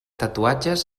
tatuatges